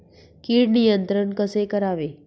कीड नियंत्रण कसे करावे?